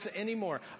anymore